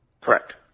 Correct